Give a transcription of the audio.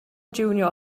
junior